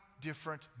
different